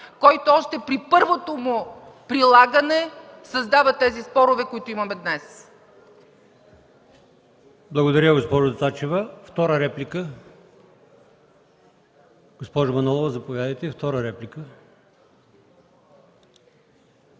че още при първото му прилагане създава споровете, които имаме днес.